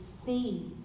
see